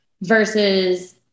versus